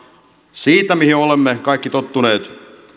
siitä mihin olemme kaikki tottuneet